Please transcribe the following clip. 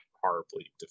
horribly